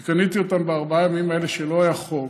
כי קניתי אותם בארבעת הימים האלה שלא היה חוק,